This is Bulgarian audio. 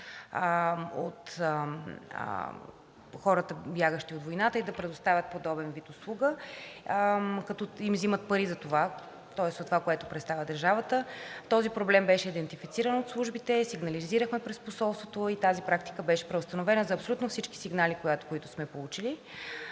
от хората, бягащи от войната, и да предоставят подобен вид услуга, като им взимат пари за това, тоест от това, което представя държавата. Този проблем беше идентифициран от службите, сигнализирахме през посолството и тази практика беше преустановена за абсолютно всички сигнали, които сме получили.